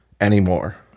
anymore